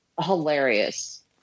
hilarious